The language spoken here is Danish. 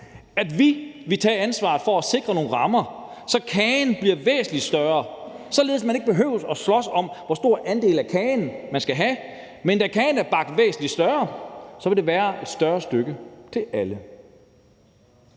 at vi vil tage ansvaret for at sikre nogle rammer, så kagen bliver væsentlig større, således at man ikke behøver at slås om, hvor stor en andel af kagen, man skal have, men da kagen er bragt væsentlig større, vil der være et større stykke til alle.